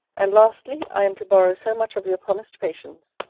and lastly, i am to borrow so much of your promised patience,